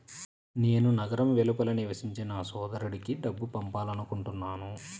నేను నగరం వెలుపల నివసించే నా సోదరుడికి డబ్బు పంపాలనుకుంటున్నాను